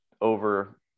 over